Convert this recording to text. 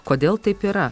kodėl taip yra